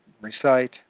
recite